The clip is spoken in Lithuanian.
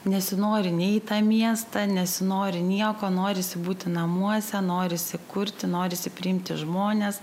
nesinori nei į tą miestą nesinori nieko norisi būti namuose norisi kurti norisi priimti žmones